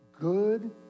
Good